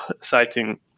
citing